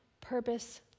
purpose